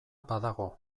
badago